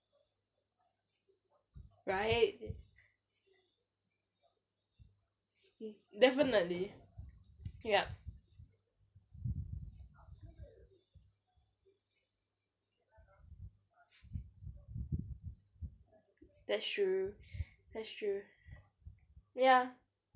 right definitely yup that's true that's true ya